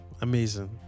amazing